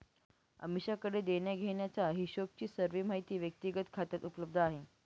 अमीषाकडे देण्याघेण्याचा हिशोबची सर्व माहिती व्यक्तिगत खात्यात उपलब्ध आहे